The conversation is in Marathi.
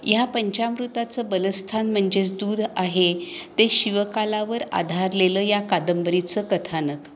ह्या पंचामृताचं बलस्थान म्हणजेच दूध आहे ते शिवकालावर आधारलेलं या कादंबरीचं कथानक